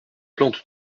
plantes